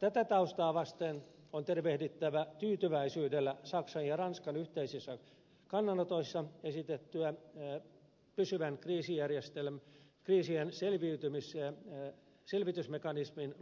tätä taustaa vasten on tervehdittävä tyytyväisyydellä saksan ja ranskan yhteisissä kannanotoissa esitettyä pysyvän kriisien selvitysmekanismin